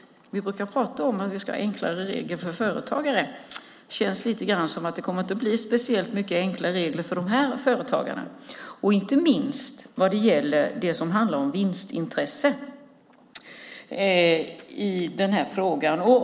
Vi brukar tala om att vi ska ha enklare regler för företagare. Det känns lite grann som att det inte kommer att bli speciellt många enkla regler för dessa företagare, inte minst vad gäller det som handlar om vinstintresse.